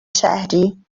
شهری